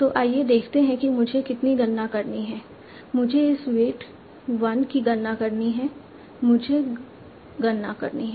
तो आइए देखते हैं कि मुझे कितनी गणना करनी है मुझे इस वेट 1 की गणना करनी है मुझे गणना करनी है